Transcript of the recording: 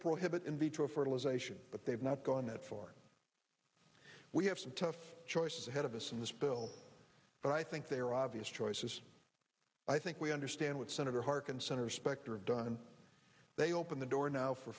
prohibit in vitro fertilization but they've not gone that far and we have some tough choices ahead of us in this bill but i think there are obvious choices i think we understand with senator harkin senator specter and dunn they open the door now for